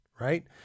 right